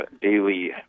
daily